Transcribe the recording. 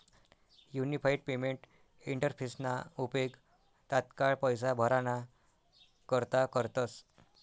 unified payment इंटरफेसना उपेग तात्काय पैसा भराणा करता करतस